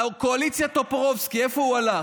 קואליציית טופורובסקי, לאיפה הוא הלך?